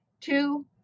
Two